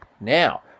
Now